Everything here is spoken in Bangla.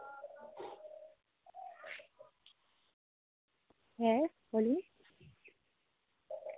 হ্যাঁ বলুন